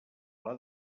pla